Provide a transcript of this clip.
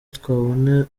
twabona